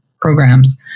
programs